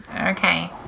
Okay